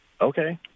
Okay